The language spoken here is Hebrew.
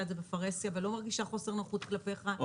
את זה בפרהסיה ולא מרגישה חוסר נוחות כלפיך,